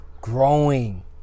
growing